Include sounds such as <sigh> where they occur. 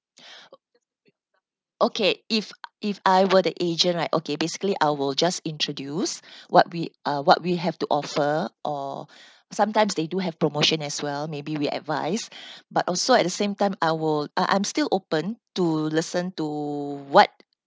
<breath> okay if if I were the agent right okay basically I will just introduce what we uh what we have to offer or <breath> sometimes they do have promotion as well maybe we advise <breath> but also at the same time I will uh I'm still open to listen to what